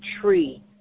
tree